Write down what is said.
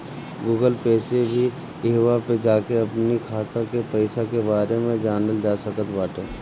Google Pay से भी इहवा पे जाके अपनी खाता के पईसा के बारे में जानल जा सकट बाटे